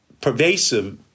pervasive